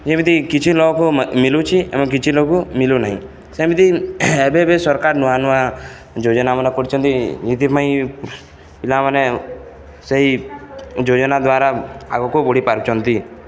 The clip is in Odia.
ଯେମିତି କିଛି ଲୋକକୁ ମିଲୁଛି ଏବଂ କିଛି ଲୋକକୁ ମିଲୁନାହିଁ ସେମିତି ଏବେ ଏବେ ସରକାର ନୂଆ ନୂଆ ଯୋଜନା ମାନ କରିଛନ୍ତି ଏଥିପାଇଁ ପିଲାମାନେ ସେଇ ଯୋଜନା ଦ୍ୱାରା ଆଗକୁ ବଢ଼ି ପାରୁଛନ୍ତି